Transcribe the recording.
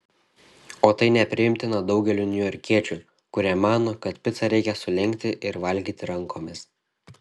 o tai nepriimtina daugeliui niujorkiečių kurie mano kad picą reikia sulenkti ir valgyti rankomis